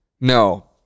No